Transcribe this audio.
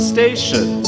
Station